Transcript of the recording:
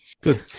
Good